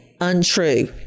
untrue